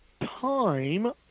time